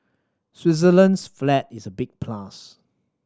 Switzerland's flag is a big plus